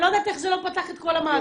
אני לא יודעת איך זה לא פתח את כל המהדורות.